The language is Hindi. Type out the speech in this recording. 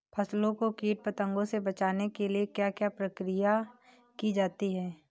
फसलों को कीट पतंगों से बचाने के लिए क्या क्या प्रकिर्या की जाती है?